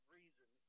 reason